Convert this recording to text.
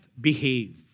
behave